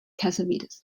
cassavetes